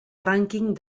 rànquing